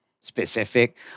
specific